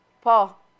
Paul